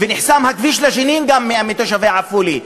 ונחסם הכביש לג'נין גם על-ידי תושבי עפולה,